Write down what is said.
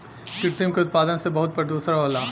कृत्रिम के उत्पादन से बहुत प्रदुषण होला